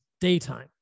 daytime